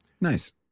Nice